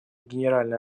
генеральной